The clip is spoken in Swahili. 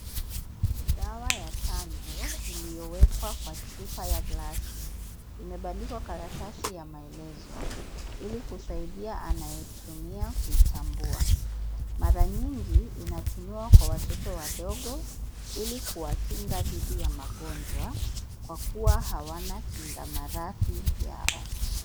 Dawa ya chanjo iliyowekwa kwa chupa ya glasi. Imebandikwa karatasi ya maelezo ili kusaidia anayeitumia kuitambua. Mara nyingi inatumiwa kwa watoto wadogo ili kuwakinga dhidi ya magonjwa kwa kuwa hawana kinga-maradhi yao.